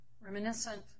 reminiscent